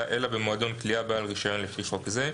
אלא במועדון קליעה בעל רישיון לפי חוק זה.